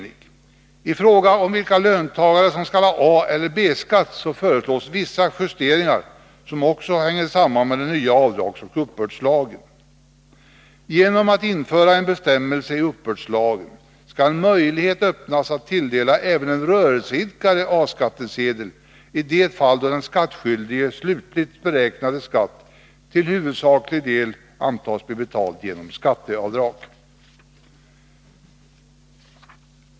I fråga om vilka löntagare som skall ha A eller B-skatt föreslås vissa justeringar som också hänger samman med den nya avdragsoch uppbördslagen. Genom att införa en bestämmelse i uppbördslagen skall möjlighet öppnas att tilldela även en rörelseidkare A-skattesedel i de fall då den skattskyldiges slutligt beräknade skatt till huvudsaklig del antas bli betald genom skatteavdrag.